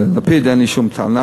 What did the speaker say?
שללפיד אין לי שום טענה,